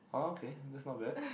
okay that's not bad